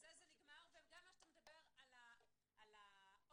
בכמה סעיפים אחרים נוסף אישור הוועדה?